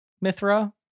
Mithra